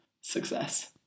Success